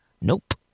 Nope